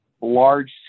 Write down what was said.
large